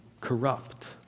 corrupt